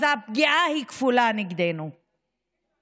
הפגיעה נגדנו היא כפולה.